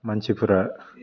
मानसिफोरा